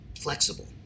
flexible